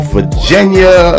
Virginia